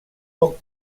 poc